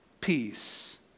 peace